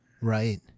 Right